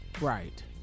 Right